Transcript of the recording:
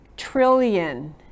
trillion